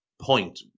point